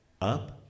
up